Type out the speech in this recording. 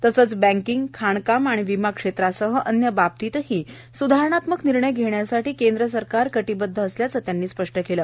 तसंच बँकिंग खाणकाम आणि विमा क्षेत्रासह अन्य बाबतीतही सुधारणात्मक निर्णय घेण्यासाठी केंद्र सरकार कटिबद्ध असल्याचं त्या म्हणाल्या